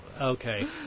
okay